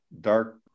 dark